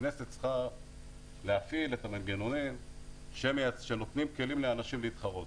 הכנסת צריכה להפעיל את המנגנונים שנותנים כלים לאנשים להתחרות.